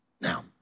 Now